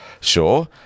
Sure